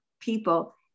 people